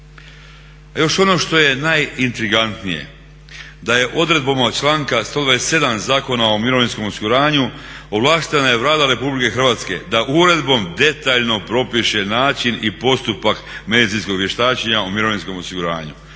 A još ono što je najintrigantnije da je odredbama članka 127. Zakona o mirovinskom osiguranju ovlaštena je Vlada Republike Hrvatske da uredbom detaljno propiše način i postupak medicinskog vještačenja u mirovinskom osiguranju.